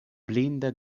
blinda